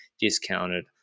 discounted